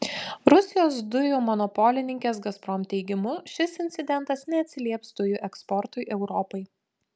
rusijos dujų monopolininkės gazprom teigimu šis incidentas neatsilieps dujų eksportui europai